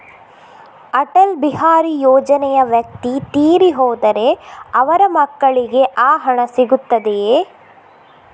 ಅಟಲ್ ಬಿಹಾರಿ ಯೋಜನೆಯ ವ್ಯಕ್ತಿ ತೀರಿ ಹೋದರೆ ಅವರ ಮಕ್ಕಳಿಗೆ ಆ ಹಣ ಸಿಗುತ್ತದೆಯೇ?